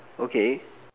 okay